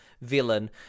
villain